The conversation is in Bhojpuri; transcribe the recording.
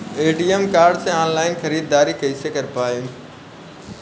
ए.टी.एम कार्ड से ऑनलाइन ख़रीदारी कइसे कर पाएम?